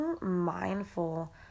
mindful